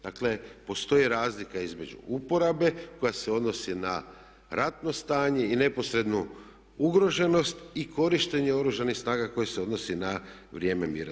Dakle, postoji razlika između uporabe koja se odnosi na ratno stanje i neposrednu ugroženost i korištenje Oružanih snaga koje se odnosi na vrijeme mira.